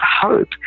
hope